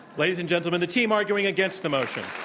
ladies and gentlemen, the team arguing against the motion.